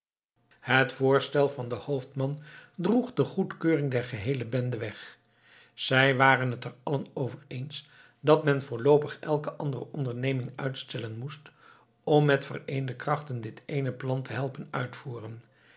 het voorstel van den hoofdman droeg de goedkeuring der geheele bende weg zij waren het er allen over eens dat men voorloopig elke andere onderneming uitstellen moest om met vereende krachten dit eene plan te helpen uitvoeren